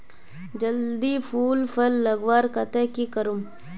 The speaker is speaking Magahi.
जल्दी फूल फल लगवार केते की करूम?